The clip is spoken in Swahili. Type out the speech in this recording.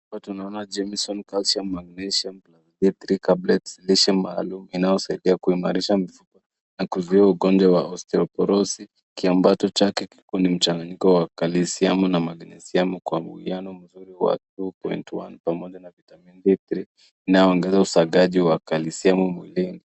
Hapa tunaona Jemieson Calcium Magnesium D3 tablets lishe maalum inayosaidia kuimarisha na kuzuia ugonjwa wa Osteoporosis, kiambacho chake kwenye mchanganyiko wa Klisiamu na magnisiamu kwa muiano mzuri wa 4.1 pamoja na vitamin D3 inaongeza usagaji wa kalisiamu mwilini.